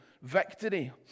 victory